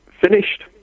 finished